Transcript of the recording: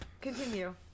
Continue